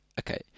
okay